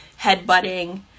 headbutting